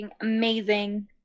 amazing